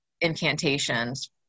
incantations